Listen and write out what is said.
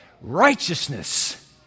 righteousness